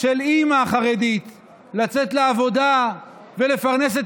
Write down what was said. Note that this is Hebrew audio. של אימא חרדית לצאת לעבודה ולפרנס את